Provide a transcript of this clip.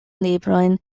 librojn